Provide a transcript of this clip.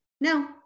no